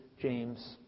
James